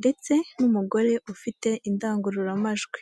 ndetse n'umugore ufite indangururamajwi.